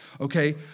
okay